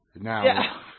now